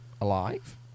alive